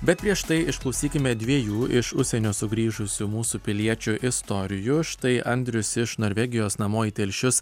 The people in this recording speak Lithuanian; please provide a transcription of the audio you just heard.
bet prieš tai išklausykime dviejų iš užsienio sugrįžusių mūsų piliečių istorijų štai andrius iš norvegijos namo į telšius